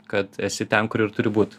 kad esi ten kur ir turi būt